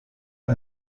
این